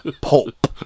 Pulp